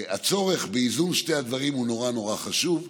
הצורך באיזון בין שני הדברים הוא נורא נורא חשוב,